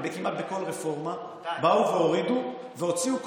וכמעט בכל רפורמה באו והורידו והוציאו,